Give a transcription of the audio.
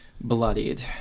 bloodied